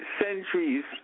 centuries